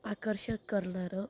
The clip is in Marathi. आकर्षक करणारं